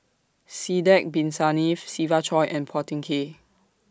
Sidek Bin Saniff Siva Choy and Phua Thin Kiay